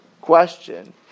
question